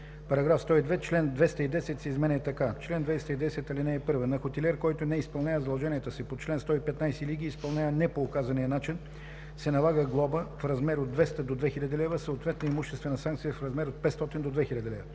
102: „§ 102. Член 210 се изменя така: „Чл. 210. (1) На хотелиер, който не изпълнява задълженията си по чл. 115 или ги изпълнява не по указания начин, се налага глоба в размер от 200 до 2000 лв., съответно имуществена санкция в размер от 500 до 2000 лв.